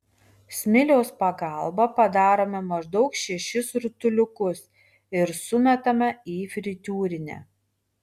smiliaus pagalba padarome maždaug šešis rutuliukus ir sumetame į fritiūrinę